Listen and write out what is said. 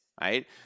right